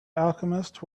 alchemist